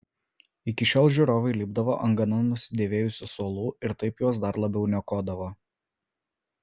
iki šiol žiūrovai lipdavo ant gana nusidėvėjusių suolų ir taip juos dar labiau niokodavo